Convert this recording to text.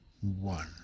one